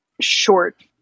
short